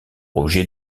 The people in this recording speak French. objet